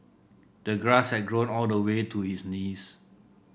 the grass had grown all the way to his knees